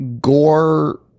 gore